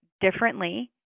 differently